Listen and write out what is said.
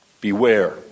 Beware